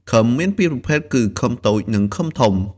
ឃឹមមាន២ប្រភេទគឺឃឹមតូច និងឃឹមធំ។